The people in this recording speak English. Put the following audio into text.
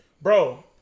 Bro